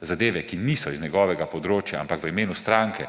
zadeve, ki niso z njegovega področja, ampak v imenu stranke